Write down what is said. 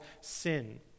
sin